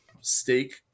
steak